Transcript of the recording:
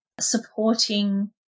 supporting